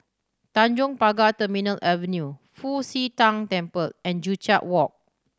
Tanjong Pagar Terminal Avenue Fu Xi Tang Temple and Joo Chiat Walk